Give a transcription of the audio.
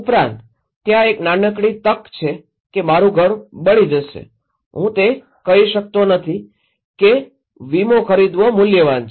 ઉપરાંત ત્યાં એક નાનકડી તક છે કે મારું ઘર બળી જશે હું કહી શકતો નથી કે વીમો ખરીદવો મૂલ્યવાન છે